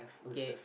okay